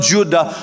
Judah